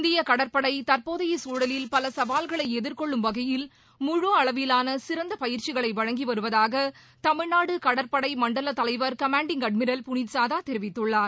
இந்திய கடற்படை தற்போதைய சூழலில் பல கவால்களை எதிர்கொள்ளும் வகையில் முழு அளவிலாள சிறந்த பயிற்சிகளை வழங்கி வருவதாக தமிழ்நாடு கடற்படை மண்டல தலைவர் கமாண்டிங் அட்மிரல் புனித் சாதா தெரிவித்துள்ளார்